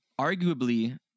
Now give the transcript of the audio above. arguably